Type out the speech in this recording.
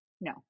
no